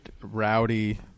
rowdy